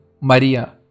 Maria